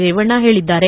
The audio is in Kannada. ರೇವಣ್ಣ ಹೇಳಿದ್ದಾರೆ